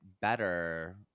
better